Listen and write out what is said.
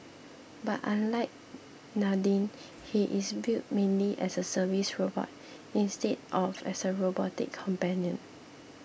but unlike Nadine he is built mainly as a service robot instead of as a robotic companion